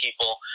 people